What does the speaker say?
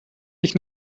dich